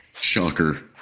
Shocker